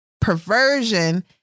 perversion